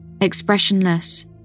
expressionless